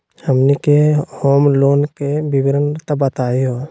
हमनी के home loan के विवरण बताही हो?